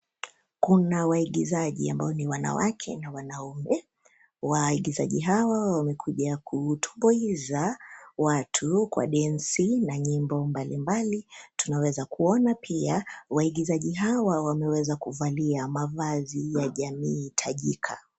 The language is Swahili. Kuna waigizaji ambao ni wanawake na wanaume, waigizaji hawa wamekuja kutumbuiza, watu kwa densi na nyimbo mbalimbali, tunaweza kuona pia, waigizaji hawa wameweza kuvalia mavazi ya jamii tajika.